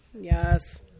Yes